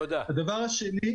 הדבר השני,